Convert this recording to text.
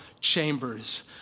chambers